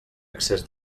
excés